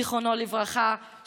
זיכרונו לברכה,